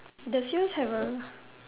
there just have A